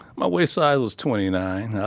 my waist size was twenty nine.